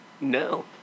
No